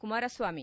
Kumaraswamy